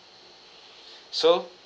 so